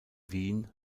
wien